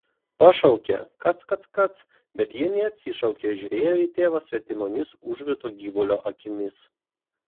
pašaukė kac kac kac bet ji neatsišaukė žiūrėjo į tėvą svetimomis užvyto gyvulio akimis